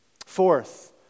Fourth